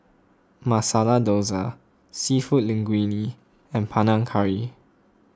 Masala Dosa Seafood Linguine and Panang Curry